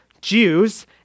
Jews